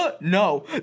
no